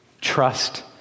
trust